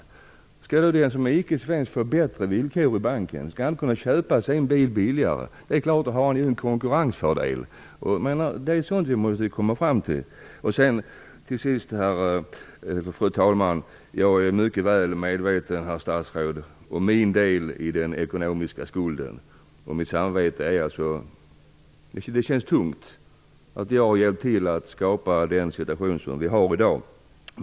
Skall då den som inte är svensk få bättre villkor på banken? Skall han kunna köpa sin bil billigare? Då har han helt klart en konkurrensfördel. Det är sådant vi måste komma fram till. Till sist, fru talman och herr statsråd, är jag mycket väl medveten om min del i den ekonomiska skulden. Det känns tungt att jag har hjälpt till att skapa den situation som vi har i dag.